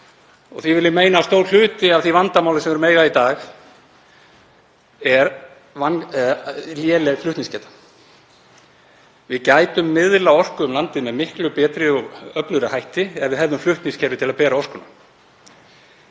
Því vil ég meina að stór hluti af því vandamáli sem við er að eiga í dag sé léleg flutningsgeta. Við gætum miðlað orku um landið með miklu betri og öflugri hætti ef við hefðum flutningskerfi til að bera orkuna.